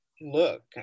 look